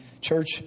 church